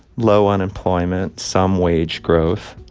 low unemployment, some wage growth,